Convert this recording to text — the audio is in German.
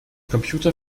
computer